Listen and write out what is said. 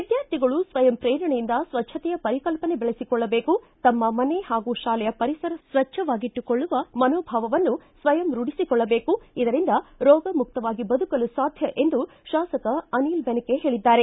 ವಿದ್ಯಾರ್ಥಿಗಳು ಸ್ವಯಂ ಪ್ರೇರಣೆಯಿಂದ ಸ್ವಚ್ಛತೆಯ ಪರಿಕಲ್ಪನೆ ಬೆಳೆಸಿಕೊಳ್ಳಬೇಕು ತಮ್ಮ ಮನೆ ಹಾಗು ಶಾಲೆಯ ಪರಿಸರ ಸ್ವಚ್ಛವಾಗಿಟ್ಟುಕೊಳ್ಳುವ ಮನೋಭಾವವನ್ನು ಸ್ವಯಂ ರೂಢಿಸಿಕೊಳ್ಳಬೇಕು ಇದರಿಂದ ರೋಗಮುಕ್ತವಾಗಿ ಬದುಕಲು ಸಾಧ್ಯ ಬಳಿಗೆ ಸ್ವಾಮಿಕ ಅನಿಲ ದೆನಕೆ ಹೇಳಿದ್ದಾರೆ